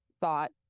thought